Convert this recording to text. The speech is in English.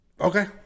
Okay